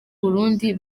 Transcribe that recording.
burundi